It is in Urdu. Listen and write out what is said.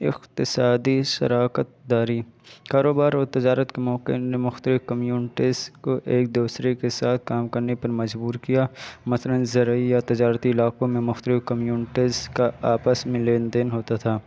اقتصادی شراکت داری کاروبار اور تجارت کے موقع نے مختلف کمیونٹیز کو ایک دوسرے کے ساتھ کام کرنے پر مجبور کیا مثلاً ذرعی یا تجارتی علاقوں میں مختلف کمیونٹیز کا آپس میں لین دین ہوتا تھا